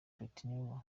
pletnyova